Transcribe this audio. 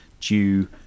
due